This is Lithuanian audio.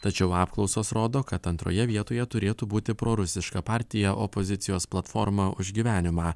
tačiau apklausos rodo kad antroje vietoje turėtų būti prorusiška partija opozicijos platforma už gyvenimą